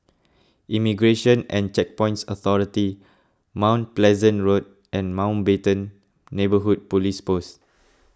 Immigration and Checkpoints Authority Mount Pleasant Road and Mountbatten Neighbourhood Police Post